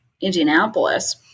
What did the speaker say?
Indianapolis